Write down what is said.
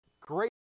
great